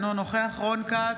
אינו נוכח רון כץ,